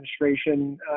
administration